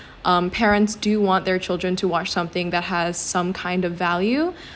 um parents do want their children to watch something that has some kind of value